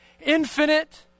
infinite